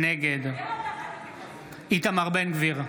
נגד איתמר בן גביר,